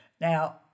Now